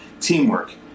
teamwork